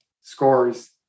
scores